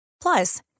Plus